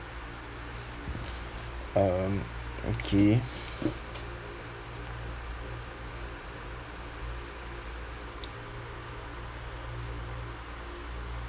um okay